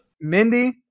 Mindy